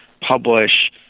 Publish